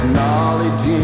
knowledge